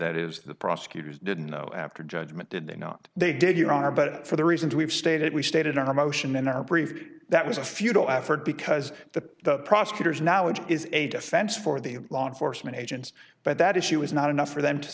that is the prosecutors didn't go after judgement did they not they did your honor but for the reasons we've stated we stated on our motion in our brief that was a futile effort because the the prosecutor's now it is a defense for the law enforcement agents but that issue is not enough for them to